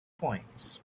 points